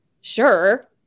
Sure